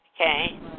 Okay